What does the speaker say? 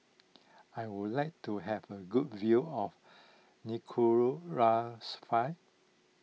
I would like to have a good view of